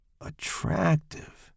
Attractive